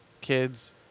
kids